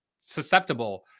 susceptible